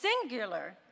singular